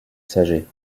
saget